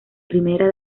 primera